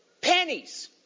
Pennies